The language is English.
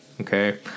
okay